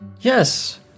yes